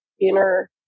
inner